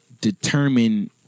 determine